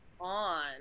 on